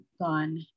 gone